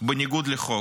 בניגוד לחוק